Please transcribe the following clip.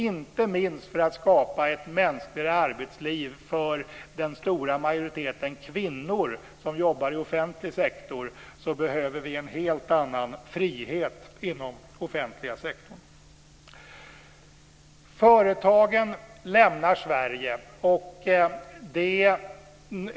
Inte minst för att skapa ett mänskligare arbetsliv för den stora majoriteten kvinnor som jobbar inom offentlig sektor behöver vi en helt annan frihet inom den offentliga sektorn. Företagen lämnar Sverige.